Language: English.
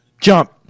jump